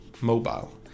mobile